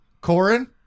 Corin